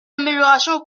amélioration